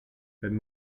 wenn